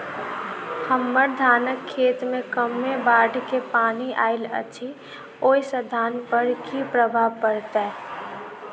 हम्मर धानक खेत मे कमे बाढ़ केँ पानि आइल अछि, ओय सँ धान पर की प्रभाव पड़तै?